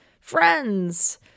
friends